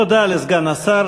תודה לסגן השר.